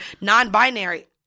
non-binary